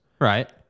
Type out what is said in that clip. Right